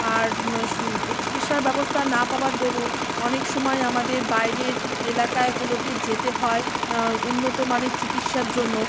আর স্ উ চিকিৎসা ব্যবস্থা না পাওয়ার দরুন অনেক সময় আমাদের বাইরের এলাকাগুলোতে যেতে হয় উন্নত মানের চিকিৎসার জন্য